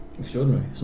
Extraordinary